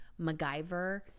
MacGyver